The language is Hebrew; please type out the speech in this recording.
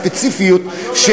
הספציפיות,